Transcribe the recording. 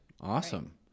Awesome